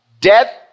Death